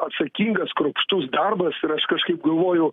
atsakingas kruopštus darbas ir aš kažkaip galvoju